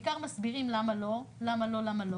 בעיקר מסבירים למה לא, למה לא.